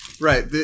Right